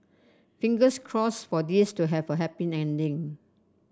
fingers crossed for this to have a happy ending